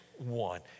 one